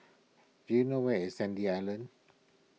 do you know where is Sandy Island